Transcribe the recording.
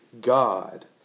God